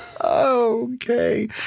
okay